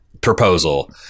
proposal